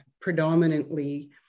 predominantly